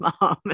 mom